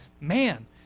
man